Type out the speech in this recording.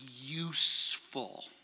useful